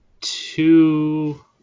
Two